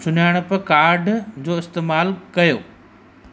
सुञाणप कार्ड जो इस्तेमालु कयो